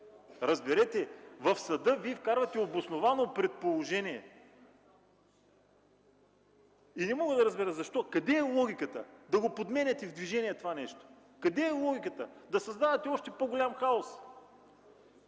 Разберете! В съда Вие вкарвате „обосновано предположение”. И не мога да разбера защо, къде е логиката да го подменяте в движение това нещо? Къде е логиката да създавате още по-голям хаос,